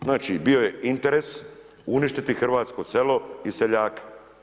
Znači, bio je interes uništiti hrvatsko selo i seljake.